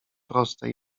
proste